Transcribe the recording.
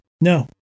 no